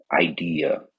idea